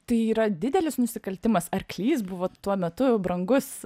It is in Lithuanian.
tai yra didelis nusikaltimas arklys buvo tuo metu brangus